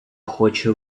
хоче